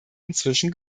inzwischen